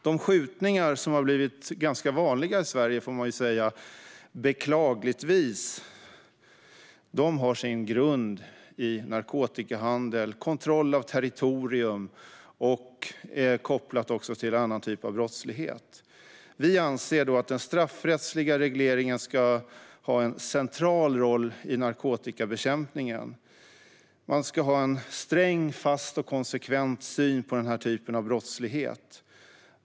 De skjutningar som beklagligtvis har blivit ganska vanliga i Sverige har sin grund i narkotikahandel och kontroll av territorium och är också kopplade till annan typ av brottslighet. Vi anser att den straffrättsliga regleringen ska ha en central roll i narkotikabekämpningen. Man ska ha en sträng, fast och konsekvent syn på den typen av brottslighet.